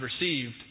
received